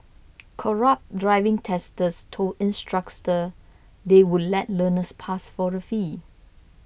corrupt driving testers told instructors they would let learners pass for a fee